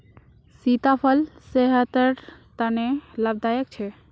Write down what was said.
सीताफल सेहटर तने लाभदायक छे